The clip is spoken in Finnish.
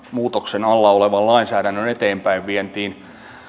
muutoksen alla olevan lainsäädännön eteenpäinvientiin